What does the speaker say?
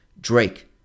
Drake